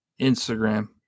Instagram